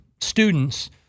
students